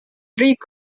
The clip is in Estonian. riik